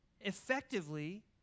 effectively